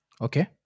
Okay